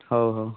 ହଉ ହଉ